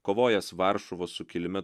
kovojęs varšuvos sukilime